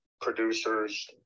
producers